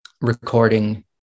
recording